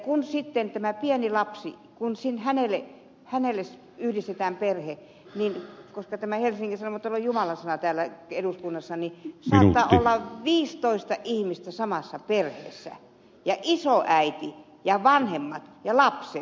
kun sitten tämä pieni lapsi kun sen hän eli tälle pienelle lapselle yhdistetään perhe helsingin sanomathan ei ole jumalansana täällä eduskunnassa niin samassa perheessä saattaa olla viisitoista ihmistä isoäiti ja vanhemmat ja lapset ja vielä kasvattilapset